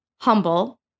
humble